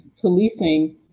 policing